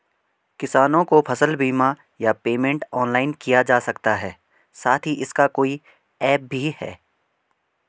किसानों को फसल बीमा या पेमेंट ऑनलाइन किया जा सकता है साथ ही इसका कोई ऐप भी है?